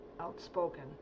outspoken